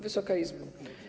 Wysoka Izbo!